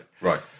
Right